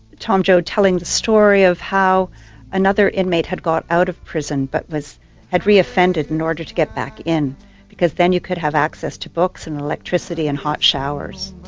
tom joad telling the story of how another inmate had got out of prison but had reoffended in order to get back in because then you could have access to books and electricity and hot showers.